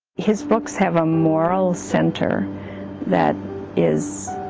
his books have a moral center that is